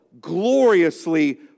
Gloriously